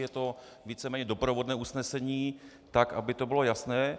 Je to víceméně doprovodné usnesení, tak aby to bylo jasné.